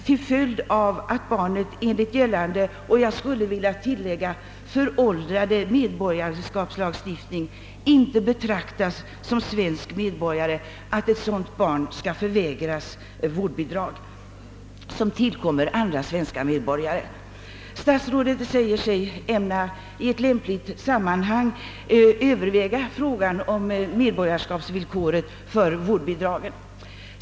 Till följd av vår föråldrade medborgarskapslagstiftning betraktas inte detta barn som svensk medborgare, utan förvägras rätten till det vårdbidrag som tillkommer andra svenska medborgare. Statsrådet säger att han i lämpligt sammanhang ämnar överväga frågan om medborgarskapsvillkoret för vårdbidraget.